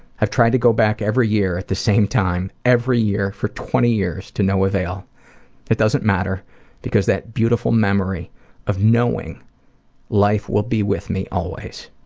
i've tried to go back every year at the same time, every year for twenty years to no avail, but it doesn't matter because that beautiful memory of knowing life will be with me always.